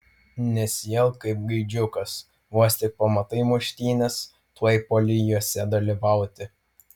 nesielk kaip gaidžiukas vos tik pamatai muštynes tuoj puoli jose dalyvauti